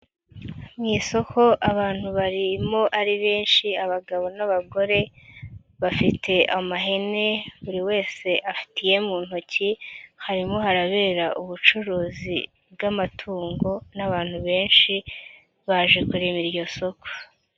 Mu isoko abantu barimo ari benshi abagabo n'abagore, bafite amahene buri wese afite iye mu ntoki harimo harabera ubucuruzi bw'amatungo n'abantu benshi baje kureba iryo soko.